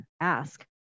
ask